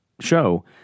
show